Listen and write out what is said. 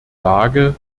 lage